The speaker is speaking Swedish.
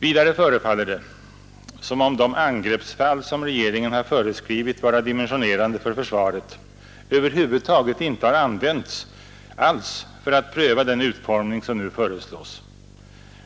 Vidare förefaller det som om de angreppsfall som regeringen har föreskrivit att vara dimensionerande för försvaret, över huvud taget inte har använts för att pröva den utformning som nu föreslås.